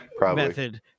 method